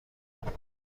کنم